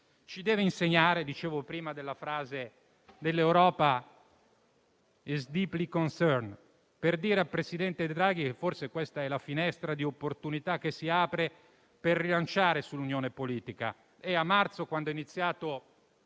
essere d'insegnamento. Citavo prima la frase sull'Europa, che «*is deeply concerned*», per dire al presidente Draghi che forse questa è la finestra di opportunità che si apre per rilanciare l'Unione politica, che a marzo, quando è iniziato